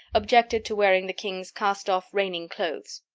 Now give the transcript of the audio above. objected to wearing the king's cast-off reigning clothes.